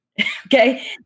Okay